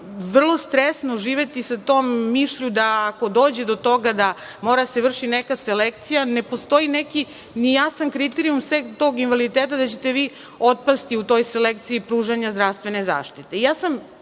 vrlo stresno živeti sa tom mišlju, da ako dođe do toga da mora da se vrši nekakva selekcija ne postoji neki ni jasan kriterijum sem tog invaliditeta da ćete vi otpasti u toj selekciji pružanja zdravstvene zaštite. Želeći